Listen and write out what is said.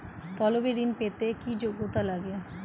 তলবি ঋন পেতে কি যোগ্যতা লাগে?